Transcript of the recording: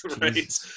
Right